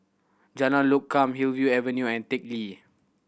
Jalan Lokam Hillview Avenue and Teck Lee